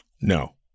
No